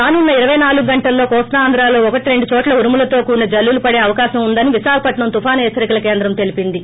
రానున్న ఇరపై నాలుగు గంటల్లో కోస్తా ఆంధ్రలో ఒకటి రెండు చోట్ల ఉరుములతో కూడిన జల్లులు పడే అవకాశం ఉందని విశాఖపట్నం తుఫాను హెచ్చరికల కేంద్రం తెలీపింది